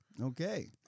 Okay